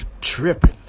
tripping